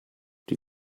die